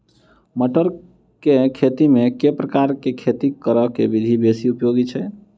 मटर केँ खेती मे केँ प्रकार केँ खेती करऽ केँ विधि बेसी उपयोगी छै?